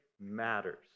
matters